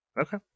okay